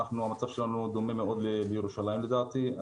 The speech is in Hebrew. המצב שלנו דומה מאוד לירושלים לדעתי,